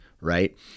Right